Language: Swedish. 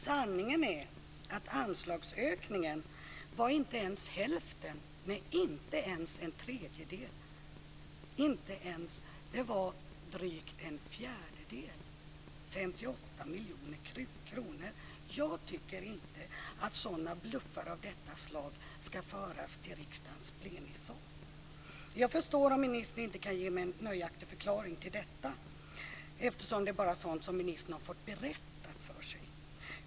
Sanningen är att anslagsökningen inte ens var hälften, inte ens en tredjedel utan drygt en fjärdedel, Jag tycker inte att bluffar av detta slag ska föras till riksdagens plenisal. Jag förstår om ministern inte kan ge mig en nöjaktig förklaring till detta eftersom det bara är sådant som ministern "fått berättat" för sig.